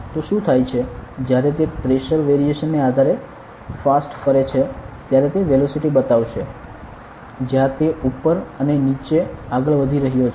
તો શું થાય છે જ્યારે તે પ્રેશર વેરિયેશન ને આધારે ફાસ્ટ ફરે છે ત્યારે તે વેલોસિટી બતાવશે જ્યાં તે ઉપર અને નીચે આગળ વધી રહ્યો છે